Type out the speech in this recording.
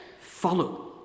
follow